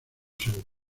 segundo